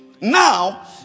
Now